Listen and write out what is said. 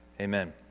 Amen